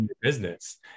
business